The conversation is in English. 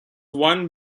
won